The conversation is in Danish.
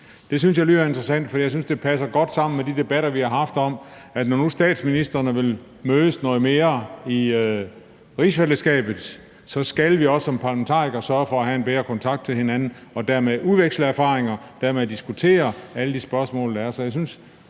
jeg lyder interessant, for jeg synes, det passer godt sammen med de debatter, vi har haft, om, at når nu statsministrene vil mødes noget mere i rigsfællesskabet, skal vi også som parlamentarikere sørge for at have en bedre kontakt til hinanden og dermed udveksle erfaringer og dermed diskutere alle de spørgsmål, der er.